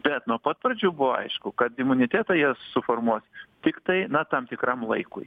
bet nuo pat pradžių buvo aišku kad imunitetą jie suformuos tiktai na tam tikram laikui